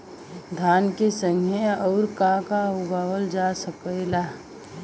धान के संगे आऊर का का उगावल जा सकेला?